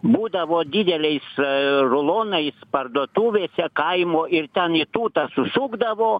būdavo dideliais rulonais parduotuvėse kaimo ir ten į tūtą susukdavo